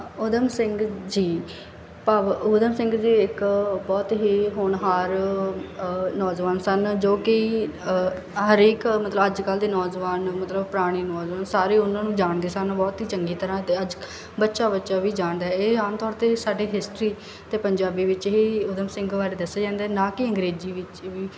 ਊਧਮ ਸਿੰਘ ਜੀ ਭਾਵ ਊਧਮ ਸਿੰਘ ਜੀ ਇੱਕ ਬਹੁਤ ਹੀ ਹੋਣਹਾਰ ਨੌਜਵਾਨ ਸਨ ਜੋ ਕਿ ਹਰੇਕ ਮਤਲਬ ਅੱਜ ਕੱਲ੍ਹ ਦੇ ਨੌਜਵਾਨ ਮਤਲਬ ਪੁਰਾਣੇ ਨੌਜਵਾਨ ਸਾਰੇ ਉਹਨਾਂ ਨੂੰ ਜਾਣਦੇ ਸਨ ਬਹੁਤ ਹੀ ਚੰਗੀ ਤਰ੍ਹਾਂ ਅਤੇ ਅੱਜ ਬੱਚਾ ਬੱਚਾ ਵੀ ਜਾਣਦਾ ਇਹ ਆਮ ਤੌਰ 'ਤੇ ਸਾਡੇ ਹਿਸਟਰੀ ਅਤੇ ਪੰਜਾਬੀ ਵਿੱਚ ਹੀ ਊਧਮ ਸਿੰਘ ਬਾਰੇ ਦੱਸਿਆ ਜਾਂਦਾ ਨਾ ਕਿ ਅੰਗਰੇਜ਼ੀ ਵਿੱਚ ਵੀ